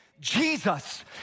Jesus